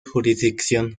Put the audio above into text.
jurisdicción